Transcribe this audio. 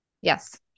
Yes